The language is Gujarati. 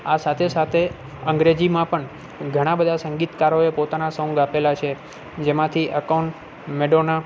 આ સાથે સાથે અંગ્રેજીમાં પણ ઘણા બધા સંગીતકારોએ પોતાના સોંગ આપેલા છે જેમાંથી અકોન મેડોના